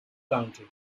county